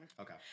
okay